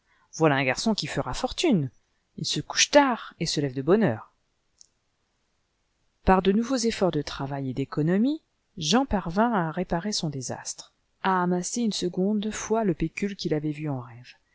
voilà un garçon qui fera fortune il se couche tard et se lève de bonne heure par de nouveaux efforts de travail et d'économie jean parvint à réparer son désastre à amasser une seconde fois le pécule qu'il avait vu en rêve